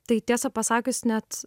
tai tiesą pasakius net